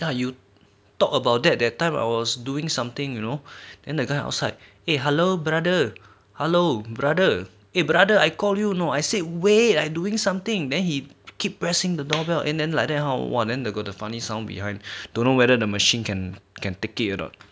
ya you talk about that that time I was doing something you know then the guy outside eh hello brother hello brother eh brother I call you know I say wait I doing something then he keep pressing the doorbell and then like that how !wah! then got the funny sound behind don't know whether the machine can can take it or not